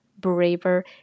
braver